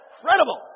incredible